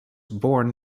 born